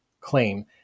claim